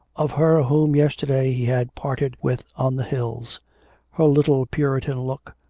of her whom yesterday he had parted with on the hills her little puritan look,